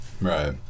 Right